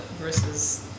versus